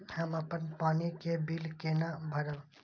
हम अपन पानी के बिल केना भरब?